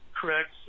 correct